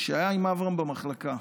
שהיה עם אברהם במחלקה.